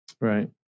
Right